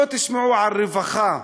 לא תשמעו על רווחה,